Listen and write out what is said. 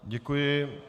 Děkuji.